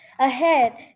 Ahead